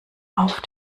auf